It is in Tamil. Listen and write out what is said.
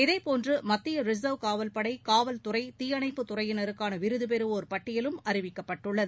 இதேபோன்று மத்திய ரிச்வ் காவல்படை காவல்துறை தீயணைப்பு துறையினருக்கான விருது பெறுவோர் பட்டியலும் அறிவிக்கப்பட்டுள்ளது